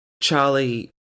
Charlie